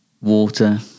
water